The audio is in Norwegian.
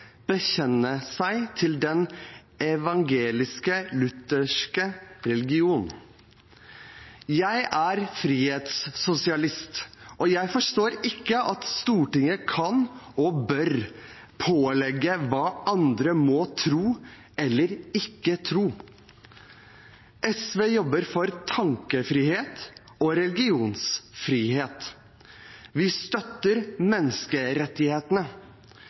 seg til den evangelisk-lutherske religion. Jeg er frihetssosialist, og jeg forstår ikke at Stortinget kan, og bør, pålegge andre hva de må tro eller ikke tro. SV jobber for tankefrihet og religionsfrihet. Vi støtter menneskerettighetene.